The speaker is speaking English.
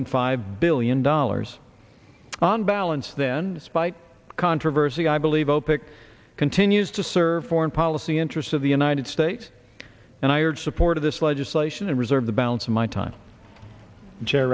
than five billion dollars on balance then spite controversy i believe opaque continues to serve foreign policy interests of the united states and i urge support of this legislation and reserve the balance of my time jerry